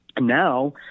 Now